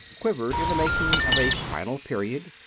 quivered in the making of a final period,